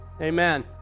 Amen